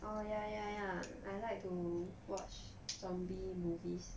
oh ya ya ya I like to watch zombie movies